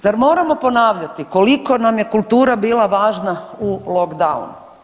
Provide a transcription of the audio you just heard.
Zar moramo ponavljati koliko nam je kultura bila važna u lockdownu?